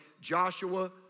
Joshua